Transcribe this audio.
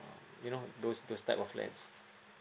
you know those those type of flats